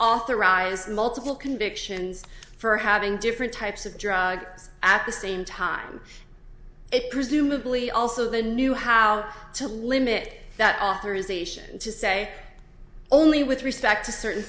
authorize multiple convictions for having different types of drugs at the same time it presumably also the knew how to limit that authorization to say only with respect to certain